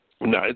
No